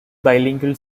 bilingual